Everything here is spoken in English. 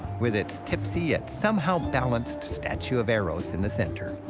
with its tipsy-yet-somehow-balanced statue of eros in the center,